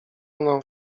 mną